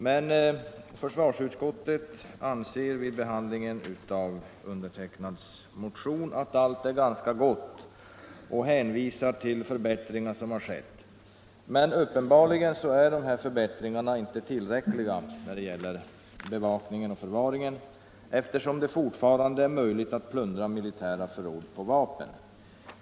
49 Försvarsutskottet har vid behandlingen av min motion 1975:106 ansett att allt är ganska gott, och utskottet har hänvisat till de förbättringar som gjorts. Men uppenbarligen är de förbättringarna inte tillräckliga när det gäller bevakning och förvaring, eftersom det fortfarande är möjligt att plundra militära förråd på vapen.